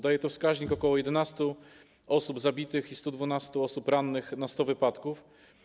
Daje to wskaźnik ok. 11 osób zabitych i 112 osób rannych na 100 wypadków.